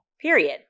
Period